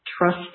trust